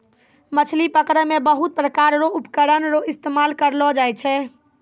मछली पकड़ै मे बहुत प्रकार रो उपकरण रो इस्तेमाल करलो जाय छै